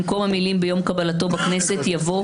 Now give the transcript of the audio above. במקום המילים "תחילתו של חוק-יסוד זה ביום קבלתו בכנסת" יבוא